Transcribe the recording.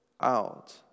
out